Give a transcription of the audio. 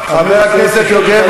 חבר הכנסת יוגב,